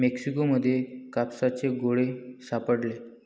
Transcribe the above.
Mexico मध्ये कापसाचे गोळे सापडले